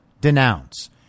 denounce